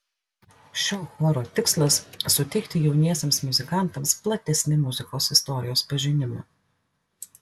šio choro tikslas suteikti jauniesiems muzikantams platesnį muzikos istorijos pažinimą